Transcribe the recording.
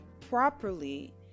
properly